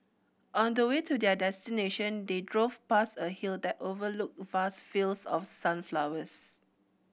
on the way to their destination they drove past a hill that overlooked vast fields of sunflowers